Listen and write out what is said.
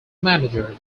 manager